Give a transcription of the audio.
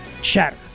chatter